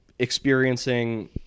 Experiencing